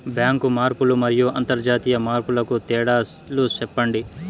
Bank మార్పులు మరియు అంతర్జాతీయ మార్పుల కు తేడాలు సెప్పండి?